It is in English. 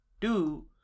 Two